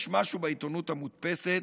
יש משהו בעיתונות המודפסת,